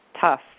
tough